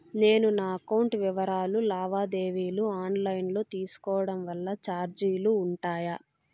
నేను నా అకౌంట్ వివరాలు లావాదేవీలు ఆన్ లైను లో తీసుకోవడం వల్ల చార్జీలు ఉంటాయా?